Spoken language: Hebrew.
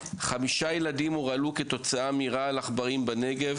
חמישה ילדים הורעלו כתוצאה מרעל עכברים בנגב,